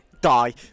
Die